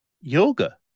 yoga